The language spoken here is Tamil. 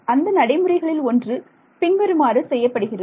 அந்த நடைமுறைகளில் ஒன்று பின்வருமாறு செய்யப்படுகிறது